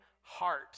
heart